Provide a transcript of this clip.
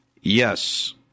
Yes